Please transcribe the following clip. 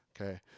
okay